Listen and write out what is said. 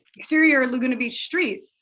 exterior laguna beach street,